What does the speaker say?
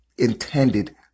intended